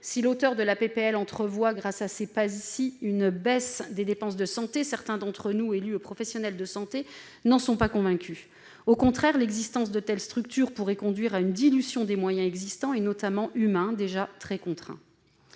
proposition de loi entrevoit, grâce à ces PASI, une baisse des dépenses de santé, certains d'entre nous, élus ou professionnels de santé, n'en sont pas convaincus. Au contraire, l'existence de telles structures pourrait conduire à une dilution des moyens existants, notamment humains, déjà très contraints.